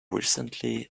recently